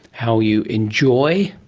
how you enjoy,